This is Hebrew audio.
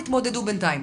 תתמודדו בינתיים.